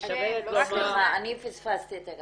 סליחה, אני פספסתי.